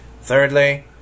Thirdly